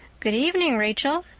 good evening, rachel,